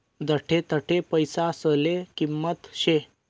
जठे तठे पैसासले किंमत शे